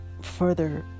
further